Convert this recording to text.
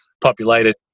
populated